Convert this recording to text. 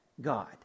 God